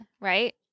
Right